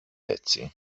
έτσι